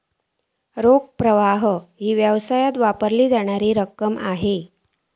रोख प्रवाह ही व्यवसायात वापरली जाणारी रक्कम असा